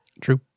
True